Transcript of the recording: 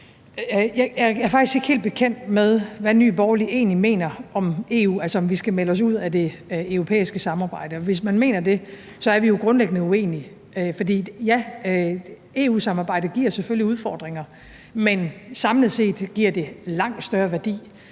faktisk ikke helt bekendt med, hvad Nye Borgerlige egentlig mener om EU, altså om vi skal melde os ud af det europæiske samarbejde, og hvis man mener det, er vi jo grundlæggende uenige. For EU-samarbejdet giver selvfølgelig udfordringer, men samlet set giver det en langt større værdi,